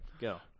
Go